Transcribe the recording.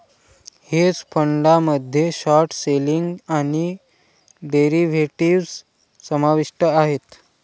hedge फंडामध्ये short selling आणि derivatives समाविष्ट आहेत